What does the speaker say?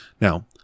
Now